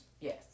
Yes